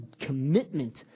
commitment